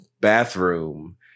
bathroom